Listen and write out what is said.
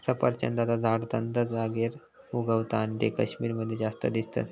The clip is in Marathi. सफरचंदाचा झाड थंड जागेर उगता आणि ते कश्मीर मध्ये जास्त दिसतत